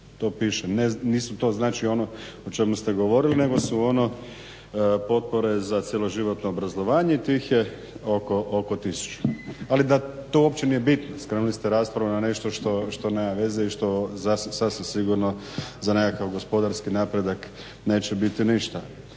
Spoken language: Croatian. To piše, nisu to znači ono o čemu ste govorili nego su ono potpore za cijeloživotno obrazovanje. Tih je oko tisuću ali da to uopće nije bitno. Skrenuli ste raspravu na nešto što nema veze i što sasvim sigurno za nekakav gospodarski napredak neće biti ništa.